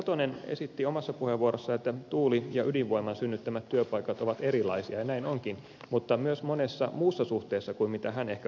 satonen esitti omassa puheenvuorossaan että tuuli ja ydinvoiman synnyttämät työpaikat ovat erilaisia ja näin onkin mutta myös monessa muussa suhteessa kuin mitä hän ehkä puheenvuorollaan ajatteli